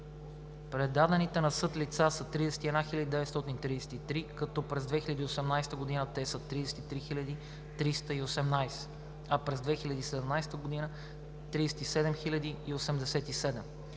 Предадените на съд лица са 31 993, като през 2018 г. те са 33 318, а през 2017 г. – 37 087.